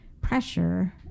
pressure